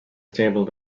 stable